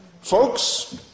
folks